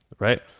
Right